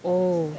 oh